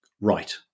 right